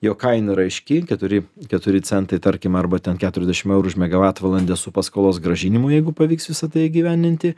jo kaina yra aiški keturi keturi centai tarkim arba ten keturiasdešim eurų už megavatvalandę su paskolos grąžinimu jeigu pavyks visa tai įgyvendinti